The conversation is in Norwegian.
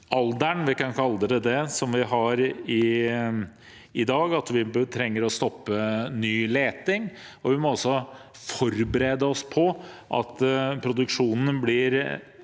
– vi kan kalle det det – som vi har i dag, og at vi trenger å stoppe ny leting. Vi må forberede oss på at produksjonen blir